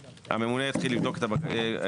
הממונה יתחיל לבדוק את הבקשה.